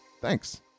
Thanks